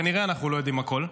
כנראה אנחנו לא יודעים הכול.